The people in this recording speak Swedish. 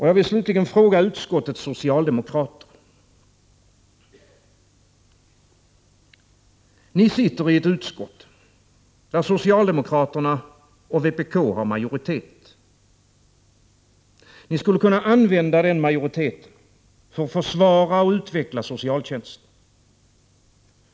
Jag vill slutligen fråga utskottets socialdemokrater: Ni sitter i ett utskott där socialdemokraterna och vpk har majoritet. Ni skulle kunna använda den majoriteten för att försvara och utveckla socialtjänsten.